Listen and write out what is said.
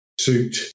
suit